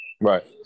Right